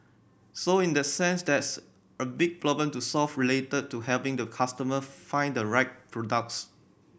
so in that sense there's a big problem to solve related to helping the customer find the right products